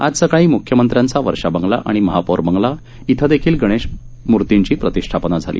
आज सकाळी म्ख्यमंत्र्यांचा वर्षा बंगला आणि महापौर बंगला इथं देखील गणपतीमूर्तीची प्रतिष्ठापना झाली